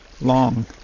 long